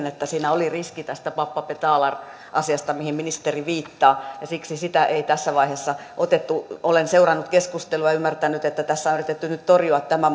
että siinä oli riski tästä pappa betalar asiasta mihin ministeri viittaa ja siksi sitä ei tässä vaiheessa otettu olen seurannut keskustelua ja ymmärtänyt että tässä on yritetty nyt torjua tämä